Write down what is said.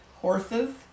horses